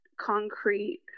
concrete